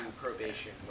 probation